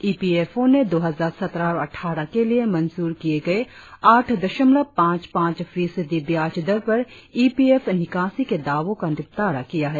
ई P F O ने दो हजार सत्रह अट्ठारह के लिए मंजूर किए गए आठ दशमलव पांच पांच फीसदी ब्याज दर पर ई पी एफ निकासी के दावों का निपटारा किया है